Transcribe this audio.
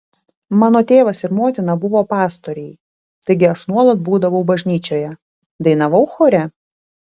mano tėvas ir motina buvo pastoriai taigi aš nuolat būdavau bažnyčioje dainavau chore